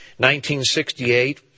1968